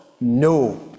No